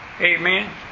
Amen